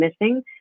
missing